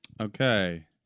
Okay